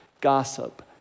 gossip